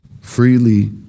freely